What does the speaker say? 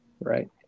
right